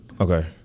Okay